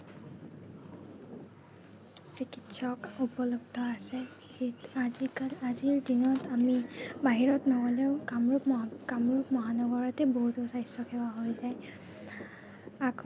চিকিৎসক উপলব্ধ আছে আজিৰ দিনত আমি বাহিৰত নগ'লেও কামৰূপ কামৰূপ মহানগৰতে বহুতো স্বাস্থ্যসেৱা হৈ যায়